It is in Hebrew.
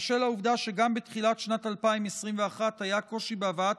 בשל העובדה שגם בתחילת 2021 היה קושי בהבאת